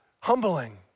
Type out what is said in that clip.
Humbling